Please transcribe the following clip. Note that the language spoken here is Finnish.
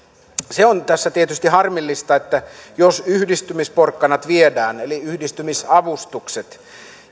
se on tässä tietysti harmillista jos yhdistymisporkkanat eli yhdistymisavustukset viedään